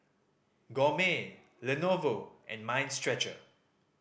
Gourmet Lenovo and Mind Stretcher